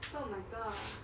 oh my god